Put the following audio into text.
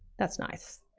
that's nice.